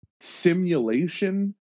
simulation